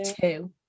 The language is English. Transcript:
two